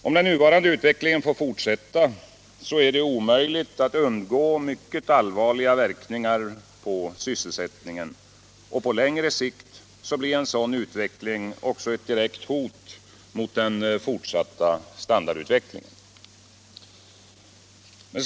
Om den nuvarande utvecklingen får fortsätta är det omöjligt att undgå mycket allvarliga biverkningar på sysselsättningen. På längre sikt blir en sådan utveckling också ett direkt hot mot den fortsatta standardutvecklingen.